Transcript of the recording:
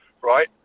right